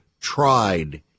tried